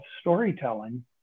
storytelling